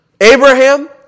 Abraham